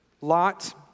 Lot